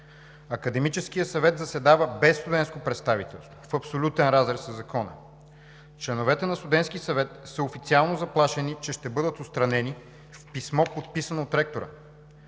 Академическият съвет заседава без студентско представителство, в абсолютен разрез със закона. Членовете на Студентския съвет са официално заплашени, че ще бъдат отстранени, в писмо, подписано от ректора.